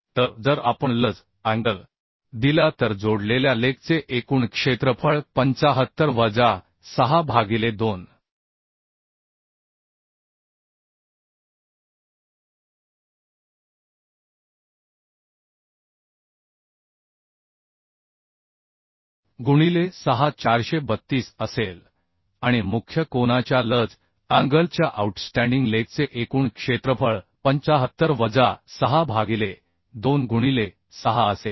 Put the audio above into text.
तर जर आपण लज अँगल दिला तर जोडलेल्या लेगचे एकूण क्षेत्रफळ 75 वजा 6 भागिले 2 गुणिले 6 432 असेल आणि मुख्य कोनाच्या लज अँगलच्या आऊटस्टँडिंग लेगचे एकूण क्षेत्रफळ 75 वजा 6 भागिले 2 गुणिले 6 असेल